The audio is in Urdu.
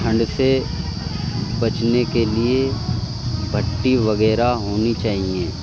ٹھنڈ سے بچنے کے لیے بھٹی وغیرہ ہونی چاہئے